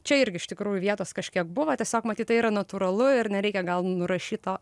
čia irgi iš tikrųjų vietos kažkiek buvo tiesiog matyt tai yra natūralu ir nereikia gal nurašyt to